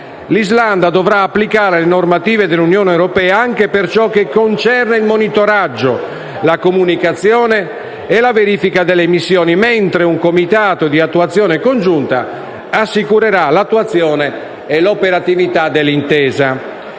L'Islanda dovrà applicare le normative dell'Unione europea anche per ciò che concerne il monitoraggio, la comunicazione e la verifica delle emissioni, mentre un comitato di attuazione congiunta assicurerà l'attuazione e l'operatività dell'intesa.